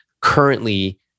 currently